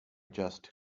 just